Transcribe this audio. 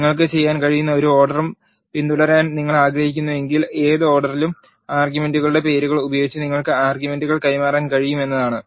നിങ്ങൾക്ക് ചെയ്യാൻ കഴിയുന്ന ഒരു ഓർഡറും പിന്തുടരാൻ നിങ്ങൾ ആഗ്രഹിക്കുന്നില്ലെങ്കിൽ ഏത് ഓർഡറിലും ആർഗ്യുമെന്റുകളുടെ പേരുകൾ ഉപയോഗിച്ച് നിങ്ങൾക്ക് ആർഗ്യുമെന്റുകൾ കൈമാറാൻ കഴിയും എന്നതാണ്